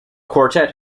quartet